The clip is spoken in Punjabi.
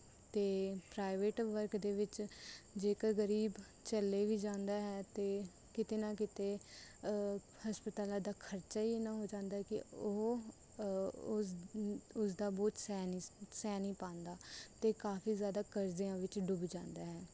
ਅਤੇ ਪ੍ਰਾਈਵੇਟ ਵਰਗ ਦੇ ਵਿੱਚ ਜੇਕਰ ਗਰੀਬ ਚਲੇ ਵੀ ਜਾਂਦਾ ਹੈ ਅਤੇ ਕਿਤੇ ਨਾ ਕਿਤੇ ਹਸਪਤਾਲਾਂ ਦਾ ਖਰਚਾ ਹੀ ਇੰਨਾ ਹੋ ਜਾਂਦਾ ਹੈ ਕਿ ਉਹ ਉਸ ਉਸਦਾ ਬੋਝ ਸਹਿ ਨਹੀਂ ਸਹਿ ਨਹੀਂ ਪਾਂਦਾ ਅਤੇ ਕਾਫੀ ਜ਼ਿਆਦਾ ਕਰਜਿਆਂ ਵਿੱਚ ਡੁੱਬ ਜਾਂਦਾ ਹੈ